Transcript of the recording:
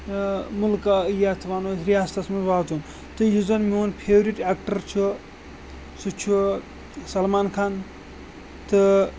مُلکہٕ یَتھ وَنو أسۍ رِیاستَس منٛز واتُن تہٕ یُس زَن میون فیورِٹ اٮ۪کٹَر چھُ سُہ چھُ سلمان خان تہٕ